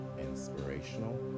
inspirational